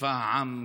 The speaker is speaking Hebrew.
צבא העם,